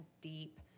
deep